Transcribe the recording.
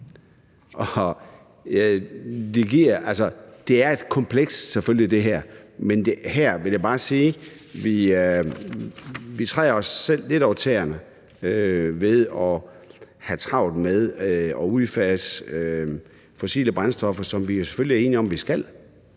her er selvfølgelig komplekst, men her vil jeg bare sige, at vi træder os selv lidt over tæerne ved at have travlt med at udfase fossile brændstoffer, hvilket vi selvfølgelig er enige om vi skal,